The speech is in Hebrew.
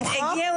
מגיעים